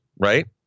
right